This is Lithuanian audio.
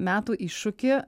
metų iššūkį